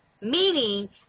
meaning